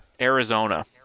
Arizona